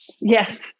Yes